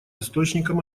источником